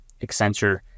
Accenture